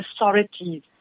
authorities